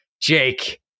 Jake